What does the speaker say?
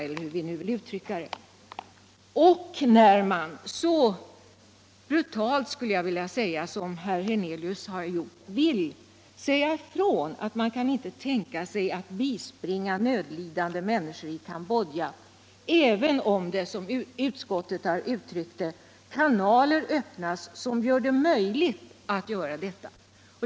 Herr Hernelius uttalar helt brutalt att han inte kan tänka sig att bispringa nödlidande människor i Cambodja även om det, som utskottet uttrycker det, öppnas kanaler som möjliggör detta.